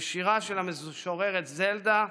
כשירה של המשוררת זלדה,